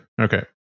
Okay